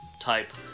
type